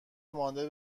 مانده